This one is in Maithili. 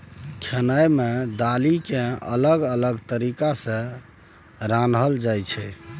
खेनाइ मे दालि केँ अलग अलग तरीका सँ रान्हल जाइ छै